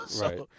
Right